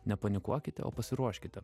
nepanikuokite o pasiruoškite